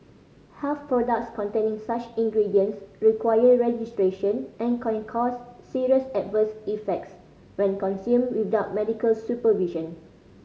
health products containing such ingredients require registration and can cause serious adverse effects when consumed without medical supervision